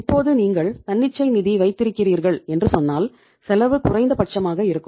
இப்போது நீங்கள் தன்னிச்சை நிதி வைத்திருக்கிறீர்கள் என்று சொன்னால் செலவு குறைந்தபட்சமாக இருக்கும்